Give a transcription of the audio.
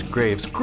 Graves